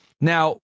Now